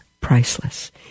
priceless